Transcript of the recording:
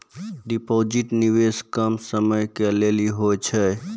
Deposit निवेश कम समय के लेली होय छै?